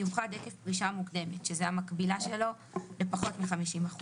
מיוחד עקב פרישה מוקדמת," שזה המקבילה שלו למי שהוא נכה בפחות מ-50%